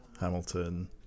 Hamilton